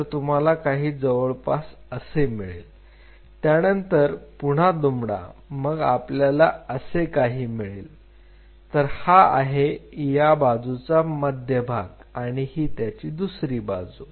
तर तुम्हाला काही जवळपास असे मिळेल त्यानंतर पुन्हा दुमडा मग आपल्याला असे काही मिळेल तऱ हा आहे या बाजूचा मध्य भाग आणि ही त्याची दुसरी बाजू